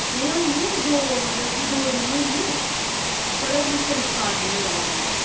एह् होइये दौ मतलब की दौ दिन होइये पर हल्ली संस्कार निं होए दा ऐ उं'दा